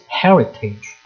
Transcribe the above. heritage